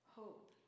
hope